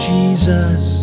Jesus